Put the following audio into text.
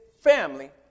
family